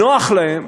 נוח להם,